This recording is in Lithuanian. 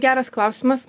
geras klausimas